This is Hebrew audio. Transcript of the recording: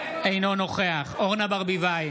אינו נוכח אורנה ברביבאי,